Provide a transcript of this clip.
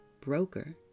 broker